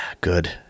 Good